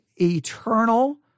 eternal